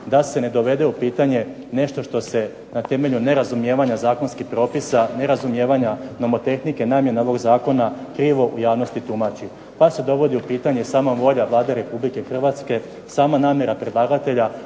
da se ne dovede u pitanje nešto što se na temelju nerazumijevanja zakonskih propisa, nerazumijevanja nomotehnike namjena ovog zakona krivo u javnosti tumači pa se dovodi u pitanje sama volja Vlade Republike Hrvatske, sama namjera predlagatelja